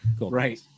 right